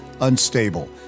Unstable